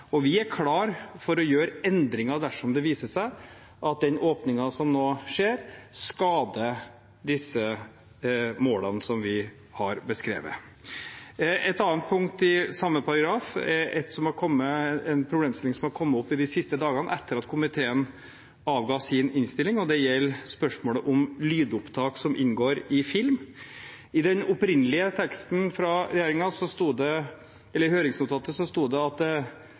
og vi er klar for å gjøre endringer dersom det viser seg at den åpningen som nå skjer, skader disse målene som vi har beskrevet. Et annet punkt i samme paragraf er en problemstilling som har kommet opp de siste dagene, etter at komiteen avga sin innstilling, og det gjelder spørsmålet om lydopptak som inngår i film. I den opprinnelige teksten fra regjeringen, høringsnotatet, sto det at